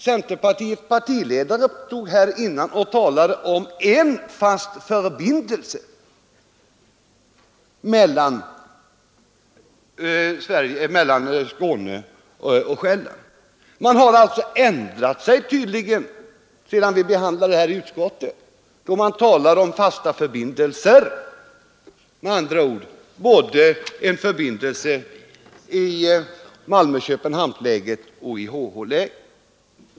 Centerledaren stod för en stund sedan här i kammaren och talade om en fast förbindelse mellan Skåne och Själland. Man har tydligen ändrat sig sedan vi behandlade detta ärende i utskottet. Nu talas det om fasta förbindelser, alltså om en förbindelse både i leden Malmö—Köpenhamn och i HH-leden.